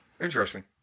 Interesting